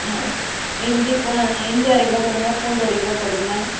ம் இஞ்சிப்பூ இஞ்சி அரைக்கிலோ போடுங்கள் பூண்டு ஒரு கிலோ போட்டுக்குங்க